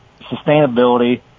Sustainability